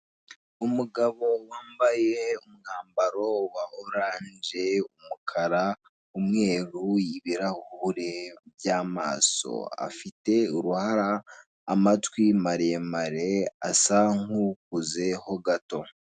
Umugabo wambaye umwambaro wa oranje, umukara, umweru ibirahure by'amaso afite uruhara, amatwi maremare asa nkukuzeho gato.